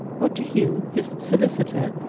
what do you, his solicitor,